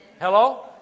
Hello